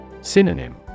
Synonym